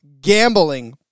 Gambling